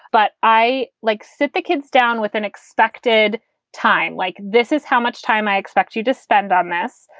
but i like sit the kids down with an expected time. like this is how much time i expect you to spend on this.